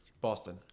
Boston